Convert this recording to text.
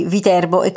Viterbo